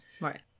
Right